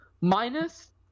minus